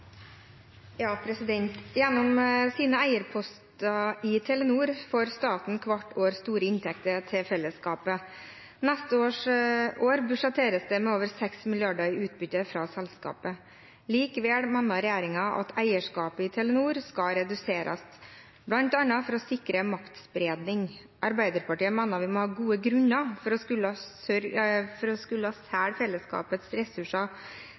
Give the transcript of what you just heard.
fellesskapet. Neste år budsjetteres det med over 6 mrd. kr i utbytte fra selskapet. Likevel mener regjeringen at eierskapet i Telenor skal reduseres, bl.a. for å sikre maktspredning. Arbeiderpartiet mener vi må ha gode grunner for å skulle selge fellesskapets ressurser, spesielt i et så strategisk viktig selskap som Telenor. Kan statsråden forklare hvorfor hun er så opptatt av å